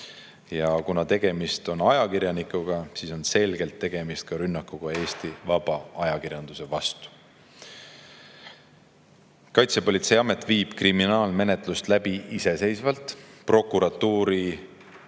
Kuna tegemist on ajakirjanikuga, siis oli selgelt tegemist rünnakuga Eesti vaba ajakirjanduse vastu. Kaitsepolitseiamet viib kriminaalmenetlust läbi iseseisvalt, prokuratuuri